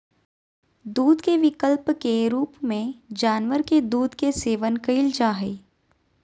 दूध के विकल्प के रूप में जानवर के दूध के सेवन कइल जा हइ